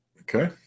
Okay